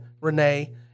Renee